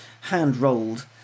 hand-rolled